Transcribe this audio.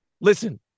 listen